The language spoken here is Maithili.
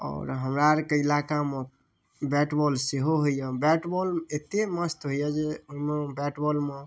आओर हमरा अरके इलाकामे बैट बॉल सेहो होइए बैट बॉल एते मस्त होइए जे ओइमे बैट बॉलमे